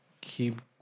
keep